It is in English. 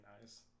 nice